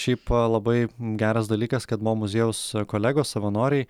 šiaip labai geras dalykas kad mo muziejaus kolegos savanoriai